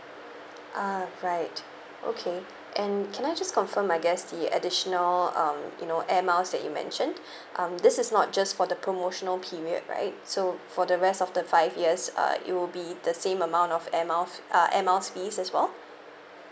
ah right okay and can I just confirm I guess the additional um you know air miles that you mentioned um this is not just for the promotional period right so for the rest of the five years uh it will be the same amount of air miles uh air miles fee as well